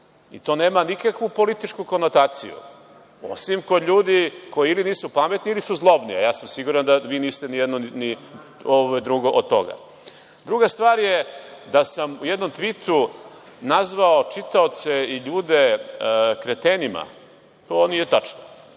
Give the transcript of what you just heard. i to nema nikakvu političku konotaciju, osim kod ljudi koji ili nisu pametni ili su zlobni, a ja sam siguran da vi niste ni jedno ni drugo od toga. Druga stvar je da sam u jednom tvitu nazvao čitaoce i ljude kretenima. To nije tačno.